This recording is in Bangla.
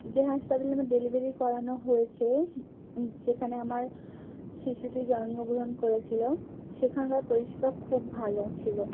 যে হাসপাতালে আমার ডেলিভারি করানো হয়েছে যেখানে আমার শিশুটি জন্মগ্রহণ করেছিল সেখানকার পরিষেবা খুব ভালো ছিল